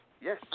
yes